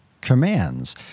commands